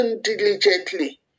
diligently